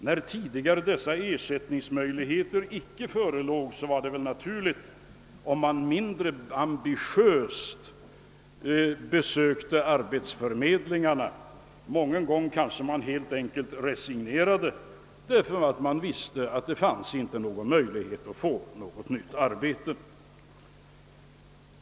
När tidigare dessa ersättningsmöjligheter icke förelåg, var det naturligt om man mindre ambitiöst besökte arbetsförmedlingarna — många gånger kanske man helt enkelt resignerade därför att man visste att det inte fanns något arbete att få.